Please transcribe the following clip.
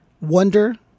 wonder